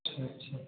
अच्छा अच्छा